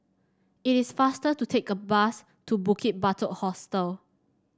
it is faster to take a bus to Bukit Batok Hostel